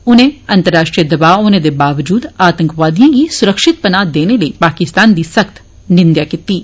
उनें अंतराष्ट्रीय दबाऽ होने दे बावजूद आतंकवादियें गी सुरक्षति पनाह देने लेई पाकिस्तान दी निंदेया कीती ऐ